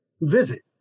visit